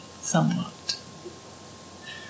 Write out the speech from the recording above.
somewhat